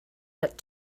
but